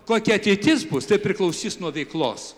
kokia ateitis bus tai priklausys nuo veiklos